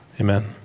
amen